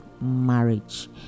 marriage